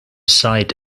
site